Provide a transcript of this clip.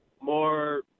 more